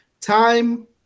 Time